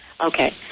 Okay